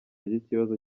ry’ikibazo